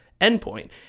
endpoint